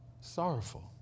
sorrowful